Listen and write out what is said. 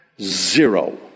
Zero